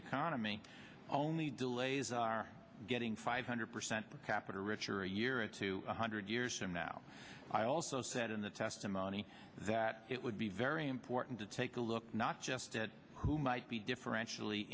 economy only delays are getting five hundred percent of capital richer a year at two hundred years from now i also said in the testimony that it would be very important to take a look not just at who might be differential